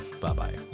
Bye-bye